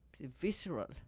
visceral